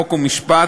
חוק ומשפט,